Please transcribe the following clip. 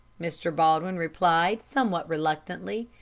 mr. baldwin replied, somewhat reluctantly.